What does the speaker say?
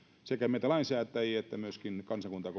sekä meitä lainsäätäjiä että myöskin kansakuntaa